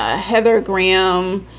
ah heather graham,